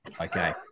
Okay